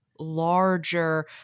larger